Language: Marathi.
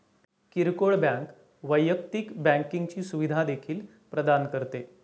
किरकोळ बँक वैयक्तिक बँकिंगची सुविधा देखील प्रदान करते